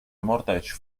mortgage